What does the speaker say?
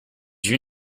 you